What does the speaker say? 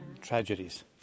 tragedies